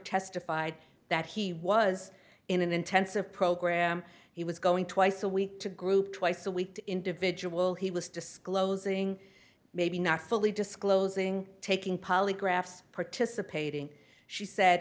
testified that he was in an intensive program he was going twice a week to group twice a week to individual he was disclosing maybe not fully disclosing taking polygraphs participating she said